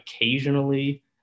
occasionally